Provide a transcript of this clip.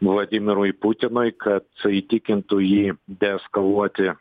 vladimirui putinui kad įtikintų jį deeskaluoti